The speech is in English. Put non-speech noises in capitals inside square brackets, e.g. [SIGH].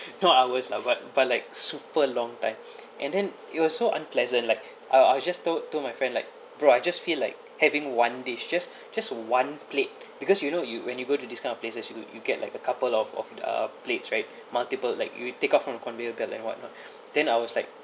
not hours lah but but like super long time [BREATH] and then it was so unpleasant like [BREATH] I'll I'll just told told my friend like bro I just feel like having one dish just just one plate because you know you when you go to this kind of places you you get like a couple of of uh plates right multiple like you take out from the conveyor belt and whatnot [BREATH] then I was like